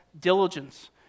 diligence